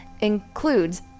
includes